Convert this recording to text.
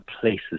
places